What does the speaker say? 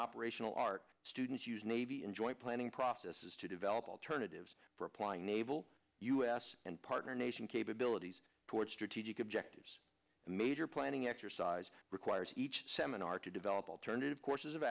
operational art students use navy and joint planning processes to develop alternatives for applying naval us and partner nation capabilities for strategic objectives major planning exercise requires each seminar to develop alternative courses of